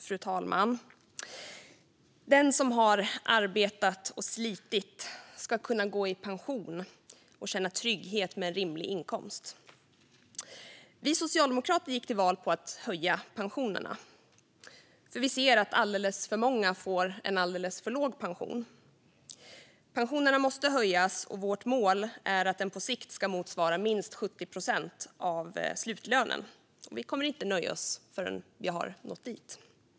Fru talman! Den som har arbetat och slitit ska kunna gå i pension och känna trygghet med en rimlig inkomst. Vi socialdemokrater gick till val på att höja pensionerna, för vi ser att alldeles för många får en alldeles för låg pension. Pensionerna måste höjas, och vårt mål är att de på sikt ska motsvara minst 70 procent av slutlönen. Vi kommer inte att ge oss förrän vi har nått dit.